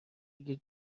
دیگه